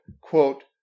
quote